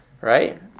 Right